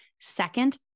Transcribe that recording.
Second